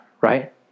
right